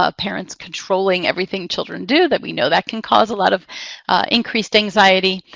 ah parents controlling everything children do, that we know that can cause a lot of increased anxiety.